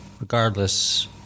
regardless